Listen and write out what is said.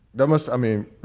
that must i mean,